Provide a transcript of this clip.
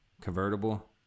convertible